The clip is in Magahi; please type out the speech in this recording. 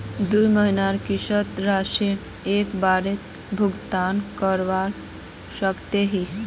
दुई महीनार किस्त राशि एक बारोत भुगतान करवा सकोहो ही?